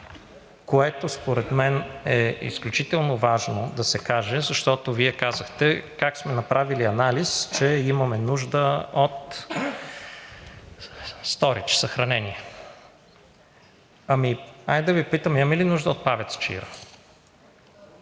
което според мен е изключително важно да се каже, защото Вие казахте как сме направили анализ, че имаме нужда от сторидж съхранение. Да Ви попитам: имаме ли нужда от ПАВЕЦ „Чаира“?